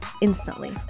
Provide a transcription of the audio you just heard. Instantly